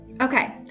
Okay